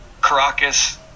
Caracas